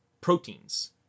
proteins